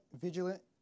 vigilant